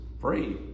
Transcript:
free